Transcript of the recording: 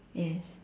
yes